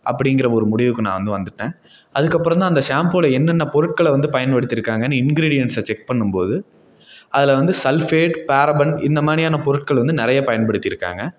அப்படிங்கிற ஒரு முடிவுக்கு நான் வந்து வந்துவிட்டேன் அதுக்கப்புறந்தான் அந்த ஷாம்புவோடய என்னென்ன பொருட்களை வந்து பயன்படுத்திருக்காங்கன்னு இன்க்ரீடியண்ட்ஸை செக் பண்ணும் போது அதில் வந்து சல்ஃபேட் பேரபன் இந்த மாதிரியான பொருட்கள் வந்து நிறைய பயன்படுத்திருக்காங்க